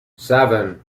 seven